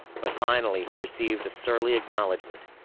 but finally he received a surly acknowledgement.